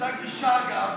אותה גישה, אגב,